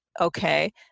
Okay